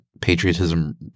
patriotism